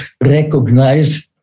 recognize